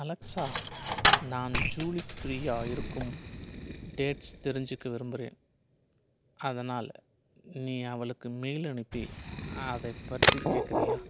Alexa நான் Julie ஃப்ரீயாக இருக்கும் டேட்ஸ் தெரிஞ்சிக்க விரும்புறேன் அதனால் நீ அவளுக்கு மெயில் அனுப்பி அதைப் பற்றி கேட்குறியா